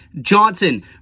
Johnson